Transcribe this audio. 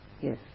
yes